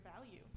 value